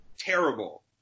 Terrible